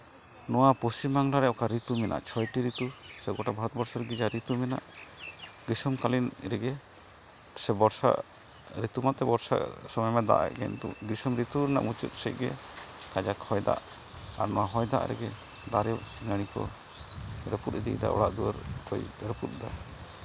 ᱱᱚᱣᱟ ᱯᱚᱥᱪᱤᱢᱵᱟᱝᱞᱟ ᱨᱮ ᱚᱠᱟ ᱨᱤᱛᱩ ᱢᱮᱱᱟᱜᱼᱟ ᱪᱷᱚᱭᱴᱤ ᱨᱤᱛᱩ ᱥᱮ ᱜᱳᱴᱟ ᱵᱷᱟᱨᱚᱛ ᱵᱚᱨᱥᱚ ᱨᱮ ᱡᱟᱦᱟᱸ ᱨᱤᱛᱩ ᱢᱮᱱᱟᱜ ᱜᱨᱤᱥᱚ ᱠᱟᱹᱞᱤᱱ ᱨᱮᱜᱮ ᱥᱮ ᱵᱚᱨᱥᱟ ᱨᱤᱛᱩ ᱢᱟᱛᱚ ᱵᱚᱨᱥᱟ ᱥᱚᱢᱚᱭ ᱢᱟ ᱫᱟᱜᱮᱫ ᱜᱮ ᱱᱤᱛᱚᱜ ᱜᱨᱤᱥᱚ ᱨᱤᱛᱩ ᱨᱮᱱᱟᱜ ᱢᱩᱪᱟᱹᱫ ᱥᱮᱫ ᱜᱮ ᱠᱟᱡᱟᱠ ᱦᱚᱭ ᱫᱟᱜ ᱟᱨ ᱱᱚᱣᱟ ᱦᱚᱭ ᱫᱟᱜ ᱨᱮᱜᱮ ᱫᱟᱨᱮ ᱱᱟᱹᱲᱤ ᱠᱚ ᱨᱟᱹᱯᱩᱫ ᱤᱫᱤᱭᱫᱟ ᱚᱲᱟᱜ ᱫᱩᱣᱟᱹᱨ ᱠᱚᱭ ᱨᱟᱹᱯᱩᱫ ᱫᱟ